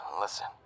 Listen